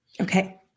Okay